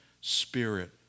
spirit